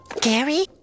Gary